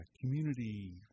community